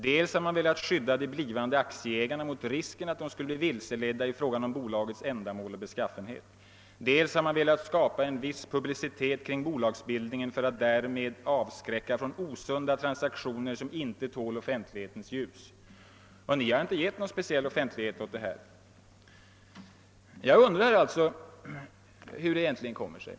Dels har man velat skydda de blivande aktieägarna mot risken att de skulle bli vilseledda i fråga om bolagets ändamål och beskaffenhet, dels har man velat skapa en viss publicitet kring bolagsbildningen för att därmed avskräcka från osunda transaktioner som inte tål offentlighetens ljus.> Ni har inte givit någon speciell offentlighet åt det här. Jag undrar hur det egentligen kommer sig.